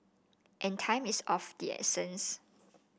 and time is of the essence